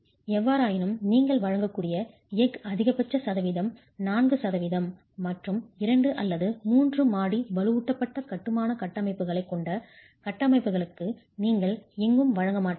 எவ்வாறாயினும் நீங்கள் வழங்கக்கூடிய எஃகு அதிகபட்ச சதவிகிதம் 4 சதவிகிதம் மற்றும் 2 அல்லது 3 மாடி வலுவூட்டப்பட்ட கட்டுமான கட்டமைப்புகளைக் கொண்ட கட்டமைப்புகளுக்கு நீங்கள் எங்கும் வழங்க மாட்டீர்கள்